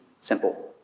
Simple